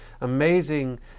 amazing